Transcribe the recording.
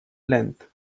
length